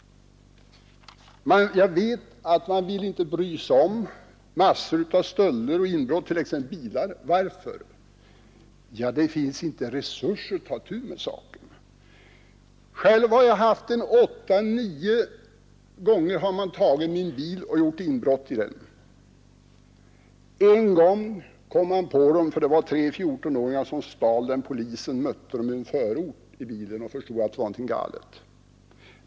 Jag vet att man inte bryr sig om massor av stölder, t.ex. bilstölder. Varför? Det finns inte resurser att ta itu med saken. Min egen bil har åtta, nio gånger blivit föremål för inbrott. En gång kom man på förövarna. Det var tre 14-åringar som hade stulit bilen. Polisen mötte dem i en förort och förstod att någonting var galet.